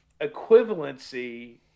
equivalency